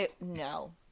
No